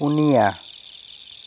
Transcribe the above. ᱯᱩᱱᱭᱟ